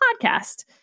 podcast